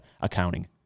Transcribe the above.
accounting